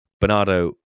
Bernardo